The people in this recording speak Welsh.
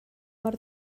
mor